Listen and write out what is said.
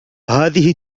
هذه